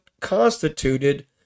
constituted